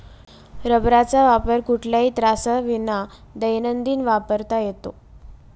रबराचा वापर कुठल्याही त्राससाविना दैनंदिन वापरात करता येतो